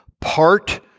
Part-